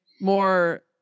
more